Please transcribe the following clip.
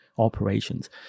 operations